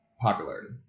popularity